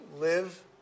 live